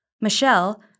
Michelle